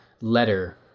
letter